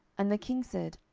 and the king said,